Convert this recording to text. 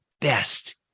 best